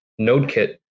NodeKit